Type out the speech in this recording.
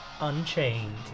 unchained